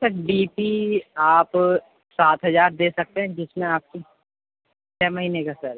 سر ڈی ٹی آپ سات ہزار دے سکتے ہیں جتنا آپ کی چھ مہینے كا سر